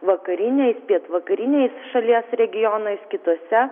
vakariniais pietvakarinias šalies regionais kituose